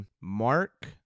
Mark